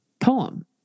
poem